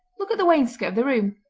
look at the wainscot of the room!